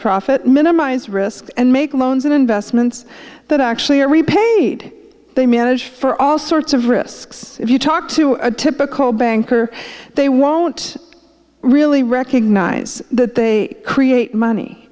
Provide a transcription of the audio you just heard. profit minimize risk and make loans in investments that actually are repaid they manage for all sorts of risks if you talk to a typical banker they won't really recognise that they create money